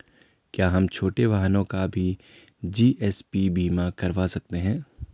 क्या हम छोटे वाहनों का भी जी.ए.पी बीमा करवा सकते हैं?